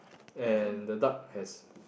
and the duck has